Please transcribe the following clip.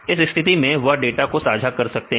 इस स्थिति में वह डाटा को साझा कर सकते हैं